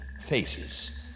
faces